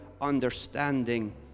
understanding